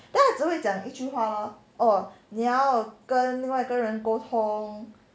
then 她只会讲一句话哦你要跟另外一个人沟通